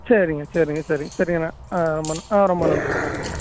சரிங்க சரிங்க செ சரிங்கண்ண ஆ ரொம் ஆ ரொம்ப நன்றிங்க ஆ தே